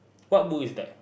what book is that